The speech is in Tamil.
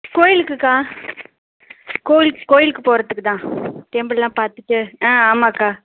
கோயிலுக்குக்கா கோயிலுக் கோயிலுக்கு போகிறதுக்கு தான் டெம்பிள்லாம் பார்த்துட்டு ஆ ஆமாக்கா